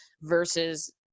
versus